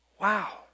Wow